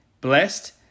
Blessed